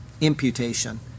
imputation